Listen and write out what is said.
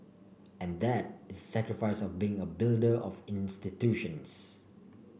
and that is the sacrifice of being a builder of institutions